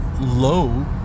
low